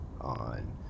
on